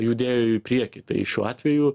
judėjo į priekį tai šiuo atveju